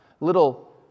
little